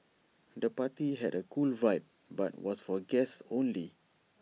the party had A cool vibe but was for guests only